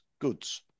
goods